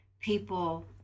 people